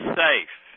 safe